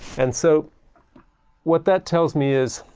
and so what that tells me is